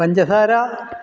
പഞ്ചസാര